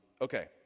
Okay